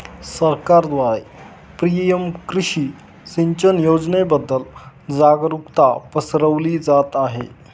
सरकारद्वारे पी.एम कृषी सिंचन योजनेबद्दल जागरुकता पसरवली जात आहे